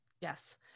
Yes